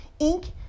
Inc